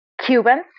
Cubans